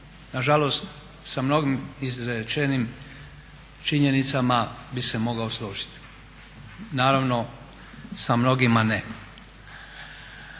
nažalost sa mnogim izrečenim činjenicama bi se mogao složiti. Naravno sa mnogima ne.